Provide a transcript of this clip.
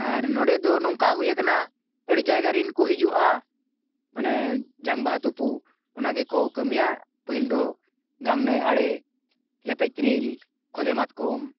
ᱟᱨ ᱱᱚᱰᱮ ᱫᱚ ᱱᱚᱝᱠᱟ ᱦᱩᱭ ᱟᱠᱟᱱᱟ ᱟᱹᱰᱤ ᱡᱟᱭᱜᱟ ᱨᱮᱱ ᱠᱚ ᱦᱤᱡᱩᱜᱼᱟ ᱢᱟᱱᱮ ᱡᱟᱝ ᱵᱟᱦᱟ ᱛᱩᱯᱩ ᱚᱱᱟ ᱜᱮᱠᱚ ᱠᱟᱹᱢᱤᱭᱟ ᱯᱟᱹᱦᱤᱞ ᱫᱚ ᱜᱟᱝ ᱱᱟᱹᱭ ᱟᱲᱮ ᱞᱮᱯᱮᱫ ᱛᱤᱨᱤᱞ ᱠᱷᱚᱫᱮ ᱢᱟᱛᱠᱚᱢ